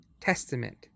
Testament